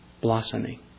blossoming